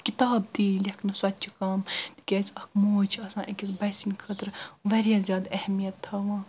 کِتاب تہِ یِیہِ لیکھنہٕ سۄ تہِ چھِ کم تہِ کیٛاز اَکھ موج چھِ آسان أکِس بچہٕ سٕنٛدِ خٲطرٕ واریاہ زیادٕ اہمیت تھاوان